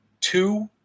two